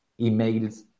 emails